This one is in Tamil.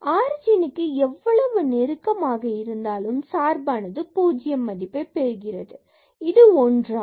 ஆரிஜினுக்கு எவ்வளவு நெருக்கமாக இருந்தாலும் சார்பானது 0 மதிப்பைப் பெறுகிறது இது ஒன்றாகும்